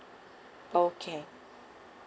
okay